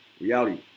reality